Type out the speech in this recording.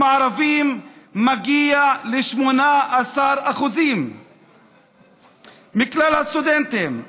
הערבים מגיע ל-18% מכלל הסטודנטים,